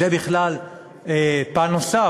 זה בכלל פן נוסף.